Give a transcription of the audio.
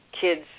kids